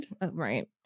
Right